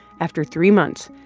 after three months,